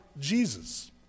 jesus